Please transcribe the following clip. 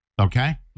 okay